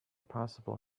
possible